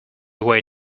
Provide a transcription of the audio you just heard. way